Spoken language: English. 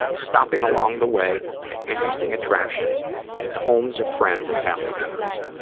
stopping along the way at interesting attractions and at the homes of friends and family members.